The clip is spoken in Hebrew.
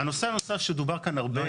הנושא הנוסף שדובר כאן הרבה.